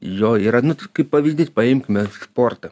jo yra nu kaip pavyzdys paimkime sportą